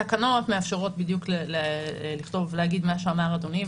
התקנות מאפשרות בדיוק לכתוב ולהגיד את מה שאמר אדוני,